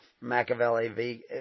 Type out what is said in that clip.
Machiavelli